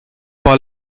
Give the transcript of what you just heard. par